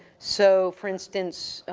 so, for instance,